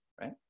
right